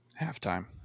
halftime